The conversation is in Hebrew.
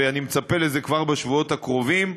ואני מצפה לזה כבר בשבועות הקרובים,